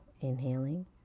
inhaling